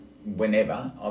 Whenever